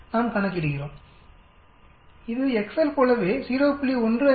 எனவே நாம் கணக்கிடுகிறோம் இது எக்செல் போலவே 0